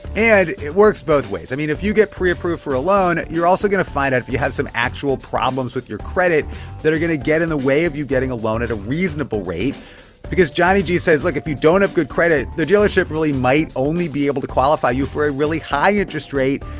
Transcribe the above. and it works both ways. i mean, if you get preapproved for a loan, you're also going to find out if you have some actual problems with your credit that are going to get in the way of you getting a loan at a reasonable rate because johnny g. says, look. if you don't have good credit, the dealership really might only be able to qualify you for a really high interest rate,